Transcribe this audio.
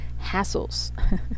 hassles